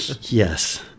Yes